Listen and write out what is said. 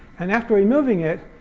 and after removing it,